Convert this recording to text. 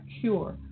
cure